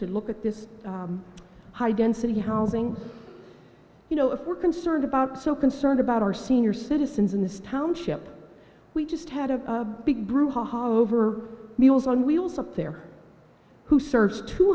to look at this high density housing you know if we're concerned about so concerned about our senior citizens in this township we just had a big brouhaha over meals on wheels up there who serves two